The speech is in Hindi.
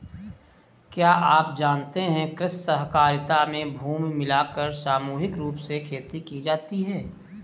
क्या आप जानते है कृषि सहकारिता में भूमि मिलाकर सामूहिक रूप से खेती की जाती है?